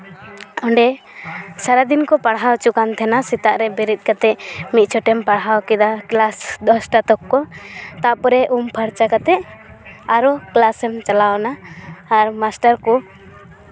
ᱚᱸᱰᱮ ᱥᱟᱨᱟᱫᱤᱱ ᱠᱚ ᱯᱟᱲᱦᱟᱣ ᱦᱚᱪᱚ ᱠᱟᱱ ᱛᱟᱦᱮᱱᱟ ᱥᱮᱛᱟᱜ ᱨᱮ ᱵᱮᱨᱮᱫ ᱠᱟᱛᱮᱫ ᱢᱤᱫ ᱪᱷᱚᱴᱮᱢ ᱯᱟᱲᱦᱟᱣ ᱠᱮᱫᱟ ᱠᱞᱟᱥ ᱫᱚᱥᱴᱟ ᱛᱚᱠᱠᱚ ᱛᱟᱨᱯᱚᱨᱮ ᱩᱢ ᱯᱷᱟᱨᱪᱟ ᱠᱟᱛᱮᱫ ᱟᱨᱚ ᱠᱞᱟᱥᱮᱢ ᱪᱟᱞᱟᱣᱱᱟ ᱟᱨ ᱢᱟᱥᱴᱟᱨ ᱠᱚ